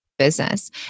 Business